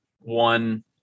one